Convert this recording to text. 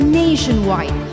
nationwide